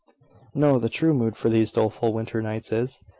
no the true mood for these doleful winter nights is,